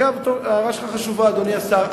אגב, ההערה שלך חשובה, אדוני השר.